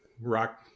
rock